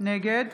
נגד